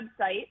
website